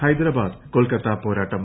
ഹൈദരാബാദ് കൊൽക്കത്ത പോരാട്ടം